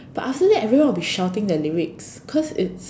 but after that everyone will be shouting the lyrics cause it's